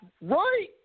Right